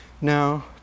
now